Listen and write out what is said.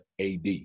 AD